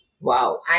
Wow